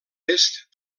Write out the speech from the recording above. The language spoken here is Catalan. est